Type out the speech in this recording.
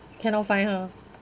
cannot find her